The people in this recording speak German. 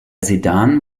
sedan